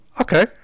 Okay